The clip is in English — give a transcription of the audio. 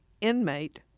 inmate